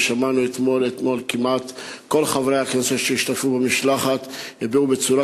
ושמענו אתמול: כמעט כל חברי הכנסת שהשתתפו במשלחת הביעו בצורה